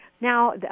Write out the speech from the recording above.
Now